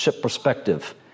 perspective